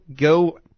go